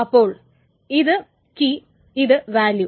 അപ്പോൾ ഇത് കീ ഇത് വാല്യൂ